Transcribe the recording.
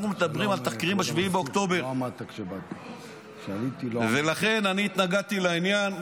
אנחנו מדברים על תחקירים על 7 באוקטובר ולכן התנגדתי לעניין.